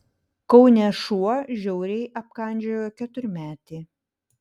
kaune šuo žiauriai apkandžiojo keturmetį